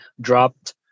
dropped